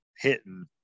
hitting